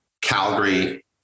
Calgary